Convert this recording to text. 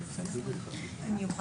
אני אתן